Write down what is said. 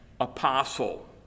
apostle